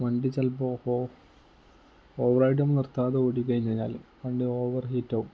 വണ്ടി ചിലപ്പോൾ off over ride നമ്മൾ നിർത്താതെ ഓടി കഴിഞ്ഞു കഴിഞ്ഞാൽ വണ്ടി ഓവർ ഹീറ്റാകും